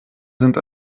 sind